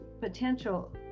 potential